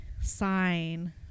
sign